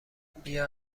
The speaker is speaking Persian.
بیا